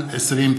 מס' פ/4438/20.